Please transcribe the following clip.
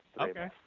Okay